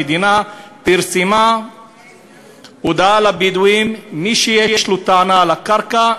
המדינה פרסמה הודעה לבדואים: מי שיש לו טענה על הקרקע,